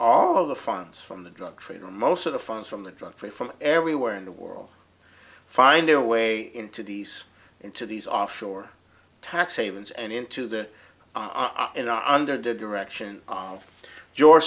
all of the funds from the drug trade or most of the funds from the drug free from everywhere in the world find their way into these into these offshore tax havens and into that are in under the direction of your